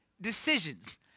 decisions